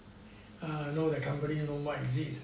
no that company no more exist